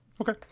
Okay